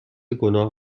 گناه